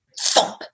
thump